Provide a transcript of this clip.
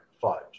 fudge